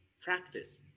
practice